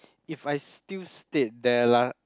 if I still stayed that lah